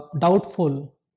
doubtful